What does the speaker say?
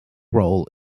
role